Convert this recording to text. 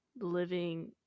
living